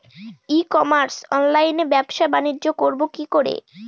ই commerce অনলাইনে ব্যবসা বানিজ্য করব কি করে?